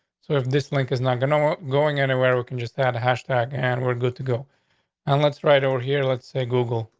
so if this link is not gonna going anywhere, we can just have a hashtag and we're good to go on. and let's right over here. let's say google,